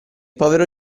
povero